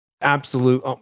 absolute